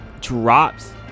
drops